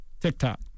TikTok